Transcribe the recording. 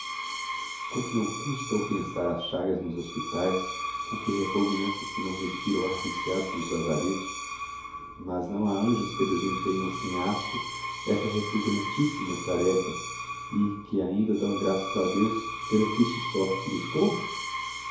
quanto não custa o pensar as chagas nos hospitaes com que repugnancia se não respira o ar viciado dos lazaretos mas não ha anjos que desempenham sem asco essas repugnantissimas taréfas e que ainda dão graças a deus pela triste sorte que lhes coube